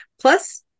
plus